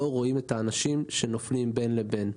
לא רואים את האנשים שנופלים בין לבין.